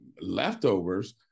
leftovers